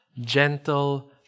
gentle